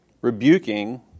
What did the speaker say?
rebuking